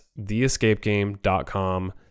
theescapegame.com